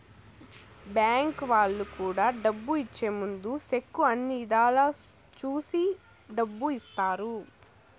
bank వాళ్ళు కూడా డబ్బు ఇచ్చే ముందు సెక్కు అన్ని ఇధాల చూసి డబ్బు ఇత్తారు